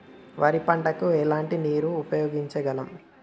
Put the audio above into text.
వరి పంట కు ఎలాంటి నీరు ఉపయోగించగలం?